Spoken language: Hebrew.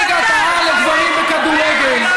כאילו פתחו את זה, בליגת-העל לגברים בכדורגל,